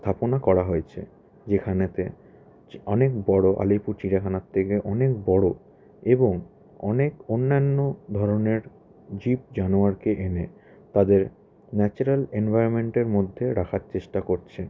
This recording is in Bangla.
স্থাপনা করা হয়েছে যেখানেতে অনেক বড় আলিপুর চিড়িয়াখানার থেকে অনেক বড় এবং অনেক অন্যান্য ধরনের জীব জানোয়ারকে এনে তাদের ন্যাচারাল এনভায়রনমেন্টের মধ্যেও রাখার চেষ্টা করছে